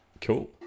Cool